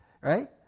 right